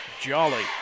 Jolly